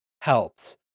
helps